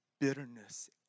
bitterness